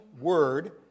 word